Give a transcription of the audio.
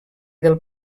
del